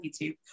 YouTube